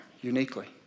uniquely